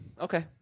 Okay